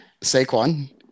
Saquon